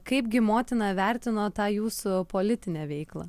kaipgi motina vertino tą jūsų politinę veiklą